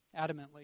adamantly